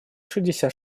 шестьдесят